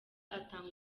atanga